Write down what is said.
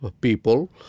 people